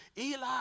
Eli